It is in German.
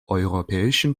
europäischen